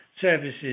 services